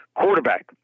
Quarterback